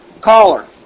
Caller